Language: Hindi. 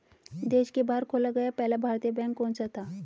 देश के बाहर खोला गया पहला भारतीय बैंक कौन सा था?